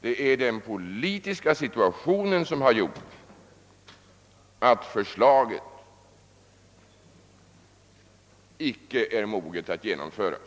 Det är den politiska situationen som har gjort att förslaget inte är moget att genomföras.